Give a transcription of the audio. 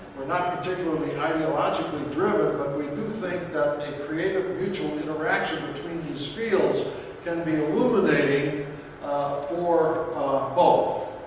we're not particularly ideologically driven, but we do think that a creative mutual interaction between these fields can be illuminating for both.